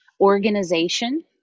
organization